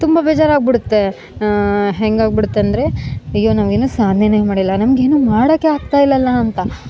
ತುಂಬ ಬೇಜರಾಗ್ಬುಡುತ್ತೆ ಹೆಂಗಾಗಿ ಬಿಡತ್ತೆ ಅಂದರೆ ಅಯ್ಯೋ ನಾವು ಏನು ಸಾಧ್ನೆನ ಮಾಡಿಲ್ಲ ನಮ್ಗ ಏನು ಮಾಡಕ್ಕೆ ಆಗ್ತಾ ಇಲ್ಲಲ್ಲ ಅಂತ